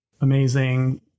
amazing